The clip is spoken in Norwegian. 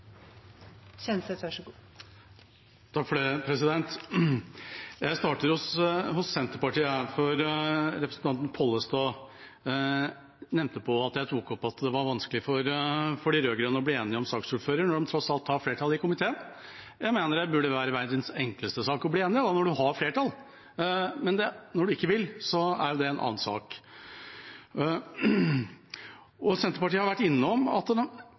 Pollestad nevnte at jeg tok opp at det var vanskelig for de rød-grønne å bli enige om saksordfører når de tross alt har flertall i komiteen. Jeg mener det burde være verdens enkleste sak å bli enige om når man har flertall, men når man ikke vil, er jo det en annen sak. Senterpartiet har vært innom at